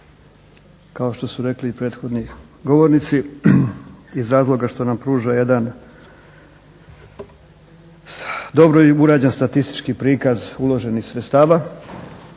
kao što su rekli i prethodni govornici, iz razloga što nam pruža jedan dobro urađen statistički prikaz uloženih sredstava,